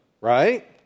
right